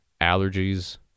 allergies